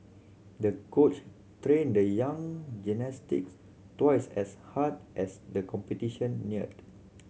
the coach trained the young gymnastics twice as hard as the competition neared